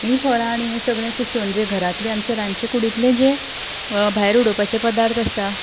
हीं फळां आनी हें सगळें कुसोवन घरांतलें आमचे रांदचे कुडींतलें जें भायर उडोवपाचे पदार्थ आसतात